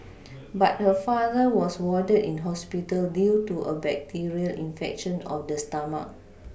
but her father was warded in hospital due to a bacterial infection of the stomach